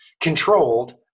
controlled